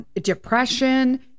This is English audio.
depression